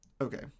Okay